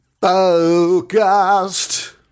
focused